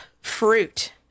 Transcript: fruit